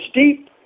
deep